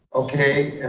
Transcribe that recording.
okay,